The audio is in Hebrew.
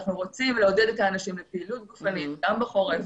אנחנו רוצים לעודד את האנשים לפעילות גופנית גם בחורף,